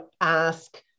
ask